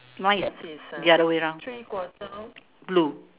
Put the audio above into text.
mine is the other way round blue